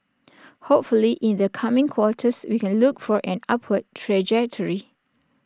hopefully in the coming quarters we can look for an upward trajectory